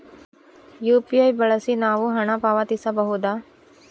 UPI ಬಳಸಿ ನಾವು ಹಣ ಪಾವತಿಸಬಹುದಾ?